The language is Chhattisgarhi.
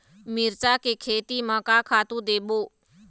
मिरचा के खेती म का खातू देबो?